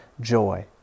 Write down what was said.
joy